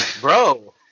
Bro